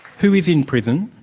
who is in prison,